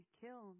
kill